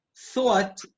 thought